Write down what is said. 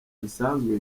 bisanzwe